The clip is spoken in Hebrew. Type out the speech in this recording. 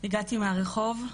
הגעתי מהרחוב.